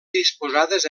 disposades